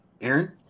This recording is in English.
Aaron